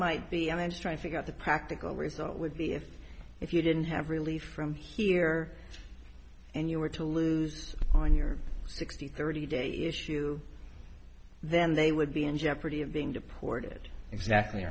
might be i'm just trying to figure out the practical result would be if if you didn't have relief from here and you were to lose when you're sixty thirty day issue then they would be in jeopardy of being deported exactly